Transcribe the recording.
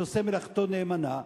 שעושה מלאכתו נאמנה.